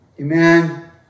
Amen